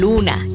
Luna